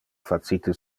facite